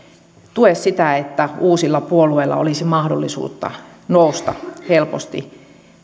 tue sitä että uusilla puolueilla olisi mahdollisuutta nousta helposti